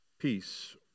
peace